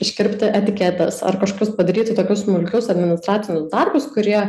iškirpti etiketes ar kažkokius padaryti tokius smulkius administracinius darbus kurie